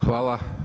Hvala.